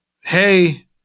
hey